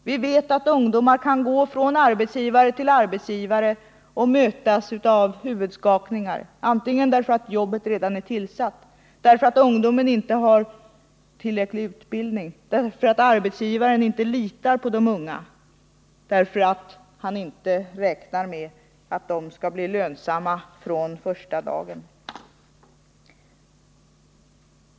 Vi vet att ungdomar kan gå från arbetsgivare till arbetsgivare och mötas av huvudskakningar, antingen på grund av att jobbet redan är tillsatt, att de inte har tillräcklig utbildning, att arbetsgivaren inte litar på dem, eller att arbetsgivaren inte räknar med att de skall bli lönsamma från första dagen.